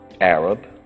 Arab